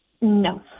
No